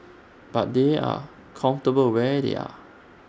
but they are comfortable where they are